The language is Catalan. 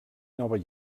nova